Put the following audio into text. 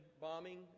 bombing